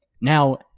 Now